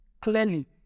Clearly